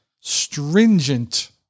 stringent